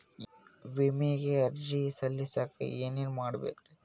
ವಿಮೆಗೆ ಅರ್ಜಿ ಸಲ್ಲಿಸಕ ಏನೇನ್ ಮಾಡ್ಬೇಕ್ರಿ?